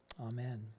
Amen